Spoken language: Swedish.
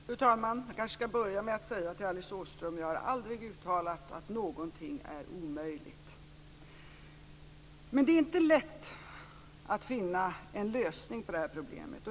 Fru talman! Jag kanske skall börja med att säga till Alice Åström att jag aldrig har uttalat att någonting är omöjligt. Men det är inte lätt att finna en lösning på problemet.